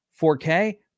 4K